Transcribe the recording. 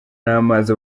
n’amazi